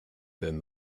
then